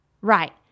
Right